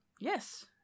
Yes